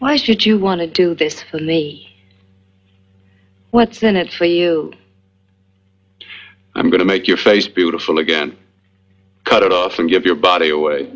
why should you want to do this to me what's in it for you i'm going to make your face beautiful again cut it off and give your body away